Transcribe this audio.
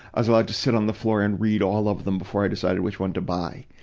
i was allowed to sit on the floor and read all of them before i decided which one to buy.